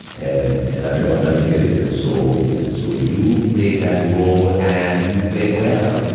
and and i mean, i'll never forget you said so. you said so. you play that role and you play it well